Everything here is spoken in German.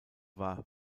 war